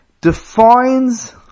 defines